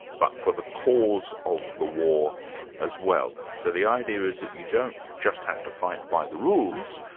but for the cause of the war as well. so the idea is that you don't just have to fight by the rules,